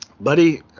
Buddy